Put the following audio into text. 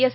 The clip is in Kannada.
ಎಸ್